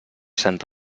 sant